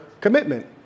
commitment